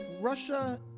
Russia